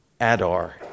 Adar